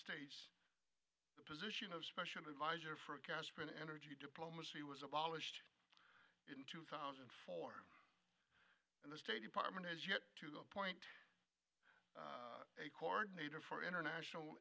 states the position of special advisor for gas for an energy diplomacy was abolished in two thousand and four and the state department has yet to appoint a cord nader for international